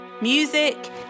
Music